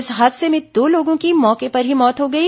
इस हादसे में दो लोगों की मौके पर ही मौत हो गई